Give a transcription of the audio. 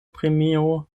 premio